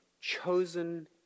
chosen